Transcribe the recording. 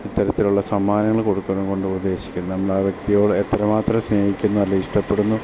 ഇത്തരത്തിലുള്ള സമ്മാനങ്ങൾ കൊടുക്കുന്നത് കൊണ്ട് ഉദ്ദേശിക്കുന്നത് നമ്മൾ ആ വ്യക്തിയോട് എത്ര മാത്രം സ്നേഹിക്കുന്നു അല്ലെ ഇഷ്ടപ്പെടുന്നു